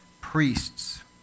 priests